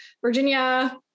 Virginia